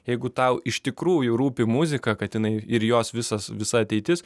jeigu tau iš tikrųjų rūpi muzika kad jinai ir jos visas visa ateitis